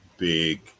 big